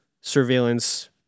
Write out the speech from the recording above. surveillance